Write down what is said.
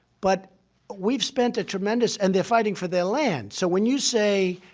but we've spent a tremendous and they're fighting for their lands. so when you say,